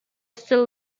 still